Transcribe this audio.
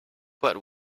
but